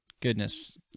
goodness